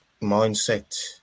mindset